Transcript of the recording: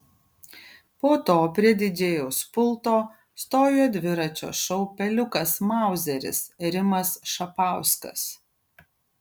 po to prie didžėjaus pulto stojo dviračio šou peliukas mauzeris rimas šapauskas